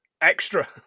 Extra